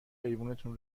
ایوونتون